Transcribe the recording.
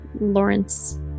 Lawrence